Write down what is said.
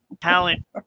talent